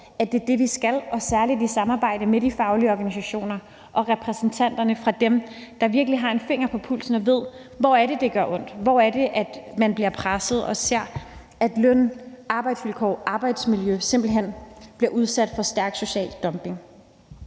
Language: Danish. at det er det, vi skal, særlig i samarbejde med de faglige organisationer og repræsentanterne for dem, der virkelig har en finger på pulsen og ved, hvor det gør ondt, og hvor man bliver presset og ser, at løn, arbejdsvilkår og arbejdsmiljø simpelt hen bliver udsat for stærk social dumping.